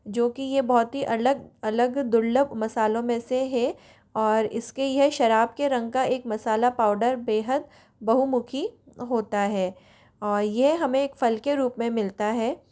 जो कि ये बहुत ही अलग अलग दुर्लभ मसालों में से है और इसके यह शराब के रंग का एक मसाला पाउडर बेहद बहुमुखी होता है औ यह हमें फल के रूप में मिलता है